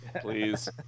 Please